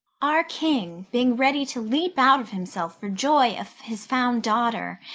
our king, being ready to leap out of himself for joy of his found daughter,